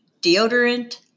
deodorant